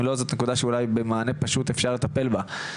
אם לא זאת נקודה שבמענה פשוט אפשר לטפל בה.